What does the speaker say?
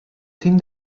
sin